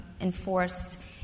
enforced